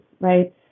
right